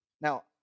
Now